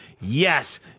Yes